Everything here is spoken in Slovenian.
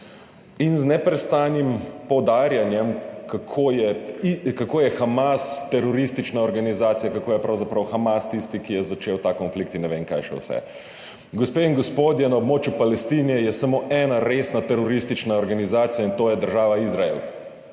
in z neprestanim poudarjanjem, kako je Hamas teroristična organizacija, kako je pravzaprav Hamas tisti, ki je začel ta konflikt in ne vem kaj še vse. Gospe in gospodje, na območju Palestine je samo ena resna teroristična organizacija, in to je država Izrael.